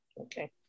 Okay